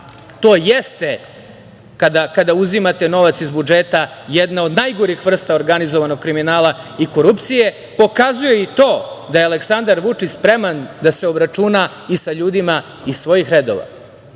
to jeste kada uzimate novac iz budžeta jedna od najgorih vrsta organizovanog kriminala i korupcije, pokazuje i to da je Aleksandar Vučić spreman da se obračuna i sa ljudima iz svojih redova,